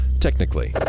technically